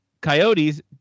Coyotes